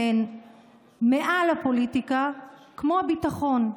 שהן מעל הפוליטיקה, כמו הביטחון.